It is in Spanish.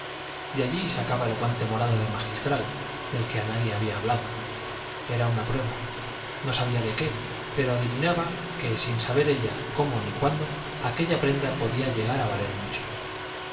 de allí sacaba el guante morado del magistral del que a nadie había hablado era una prueba no sabía de qué pero adivinaba que sin saber ella cómo ni cuándo aquella prenda podía llegar a valer mucho